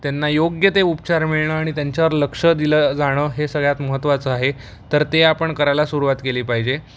त्यांना योग्य ते उपचार मिळणं आणि त्यांच्यावर लक्ष दिलं जाणं हे सगळ्यात महत्त्वाचं आहे तर ते आपण करायला सुरुवात केली पाहिजे